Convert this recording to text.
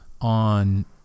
on